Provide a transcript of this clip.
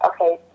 okay